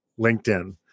LinkedIn